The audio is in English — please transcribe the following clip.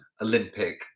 Olympic